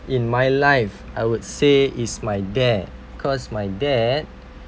in my life I would say is my dad cause my dad